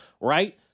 right